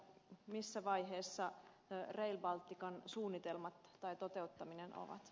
missä vaiheessa rail baltican suunnitelmat tai toteuttaminen ovat